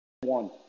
one